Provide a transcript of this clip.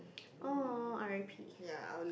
!aw! R_I_P